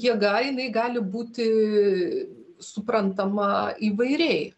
jėga jinai gali būti suprantama įvairiai